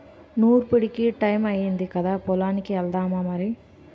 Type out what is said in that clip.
నూర్పుడికి టయమయ్యింది కదా పొలానికి ఎల్దామా మరి